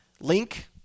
link